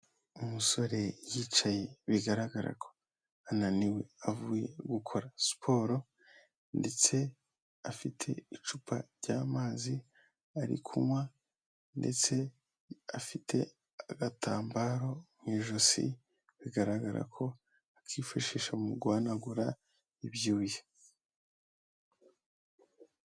Umusore yicaye, bigaragara ko ananiwe avuye gukora siporo, ndetse afite icupa ry'amazi, ari kunywa, ndetse afite agatambaro mu ijosi, bigaragara ko akifashisha mu guhanagura ibyuya.